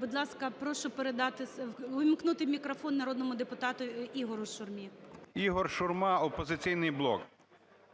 Будь ласка, прошу передати… увімкнути мікрофон народному депутату Ігорю Шурмі. 12:59:25 ШУРМА І.М. ІгорШурма, "Опозиційний блок".